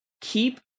keep